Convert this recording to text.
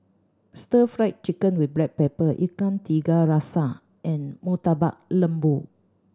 Stir Fried Chicken with Black Pepper Ikan Tiga Rasa and Murtabak Lembu